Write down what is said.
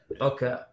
okay